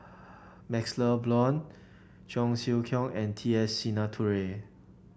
MaxLe Blond Cheong Siew Keong and T S Sinnathuray